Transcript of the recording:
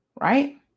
right